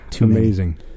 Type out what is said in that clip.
amazing